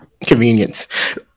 Convenience